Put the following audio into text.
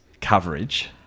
coverage